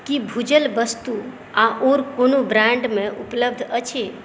की भूजल वस्तु आओर कोनो ब्राण्डमे उपलब्ध अछि